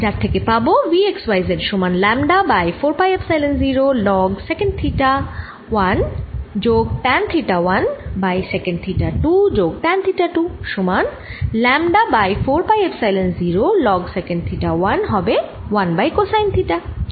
যার থেকে পাবো V x y z সমান lambda by 4 pi epsilon 0 log secant theta 1 যোগ tan theta 1 by secant theta 2 যোগ ট্যান থিটা 2 সমান lambda by 4 pi epsilon 0 log secant theta 1 হবে 1 by cosine theta 1